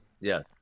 Yes